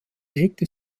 legte